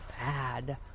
bad